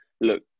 look